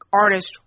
artist